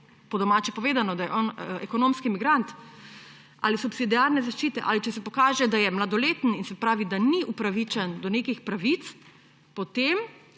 po domače povedano, da je on ekonomski migrant, ali subsidiarne zaščite, ali če se pokaže, da je mladoleten, se pravi da ni upravičen do nekih pravic, potem